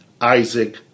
Isaac